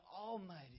Almighty